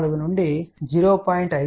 14 నుండి 0